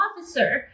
officer